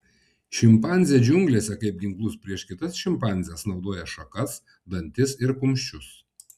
šimpanzė džiunglėse kaip ginklus prieš kitas šimpanzes naudoja šakas dantis ir kumščius